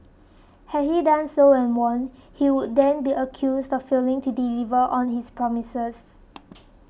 had he done so and won he would then be accused of failing to deliver on his promises